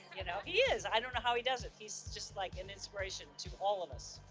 you know? he is. i don't know how he does it. he's just like an inspiration to all of us.